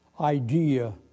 idea